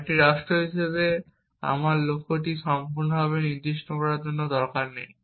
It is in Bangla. একটি রাষ্ট্র হিসাবে আমার লক্ষ্যটি সম্পূর্ণরূপে নির্দিষ্ট করার দরকার নেই